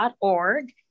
org